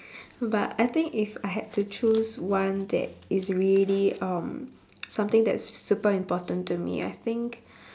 but I think if I had to choose one that is really um something that is super important to me I think